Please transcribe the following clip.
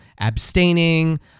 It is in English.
abstaining